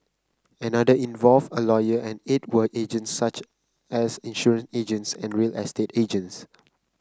another involved a lawyer and eight were agents such as insurance agents and real estate agents